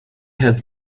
have